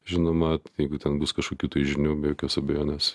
žinoma jeigu ten bus kažkokių tai žinių be jokios abejonės